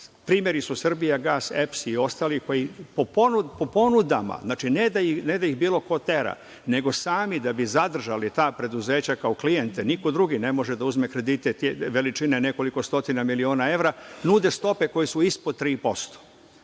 Primeri su „Srbijagas“, EPS i ostali, pa i po ponudama. Znači, ne da ih bilo ko tera, nego sami da bi zadržali ta preduzeća kao klijente, niko drugi ne može da uzme kredite veličine nekoliko stotina miliona evra, nude stope koje su ispod 3%.